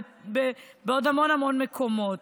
בעוד המון המון מקומות.